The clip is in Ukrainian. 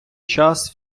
час